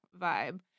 vibe